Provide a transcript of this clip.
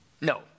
no